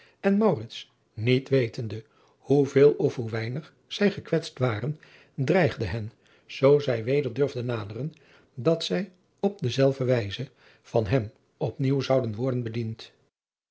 en niet wetende hoe veel of weinig zij gekwetst waren dreigde hen zoo zij weder durfden naderen dat zij op dezelfde wijze van hem op nieuw zouden worden bediend